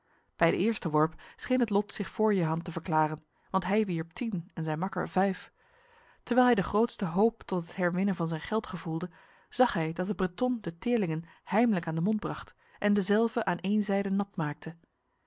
bij de eerste worp scheen het lot zich voor jehan te verklaren want hij wierp tien en zijn makker vijf terwijl hij de grootste hoop tot het herwinnen van zijn geld gevoelde zag hij dat de breton de teerlingen heimlijk aan de mond bracht en dezelve aan een zijde nat maakte